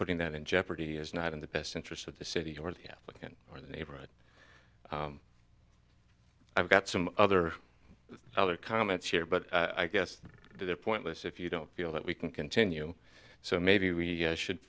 putting that in jeopardy is not in the best interest of the city or the applicant or the neighborhood i've got some other other comments here but i guess they're pointless if you don't feel that we can continue so maybe we should